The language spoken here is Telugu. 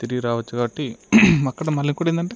తిరిగి రావచ్చు కాబట్టి అక్కడ మళ్ళీ కూడా ఏందంటే